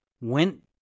Went